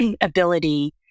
ability